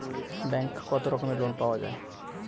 ব্যাঙ্কে কত রকমের লোন পাওয়া য়ায়?